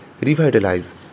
revitalize